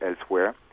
elsewhere